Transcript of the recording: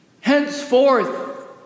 Henceforth